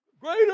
greater